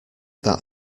that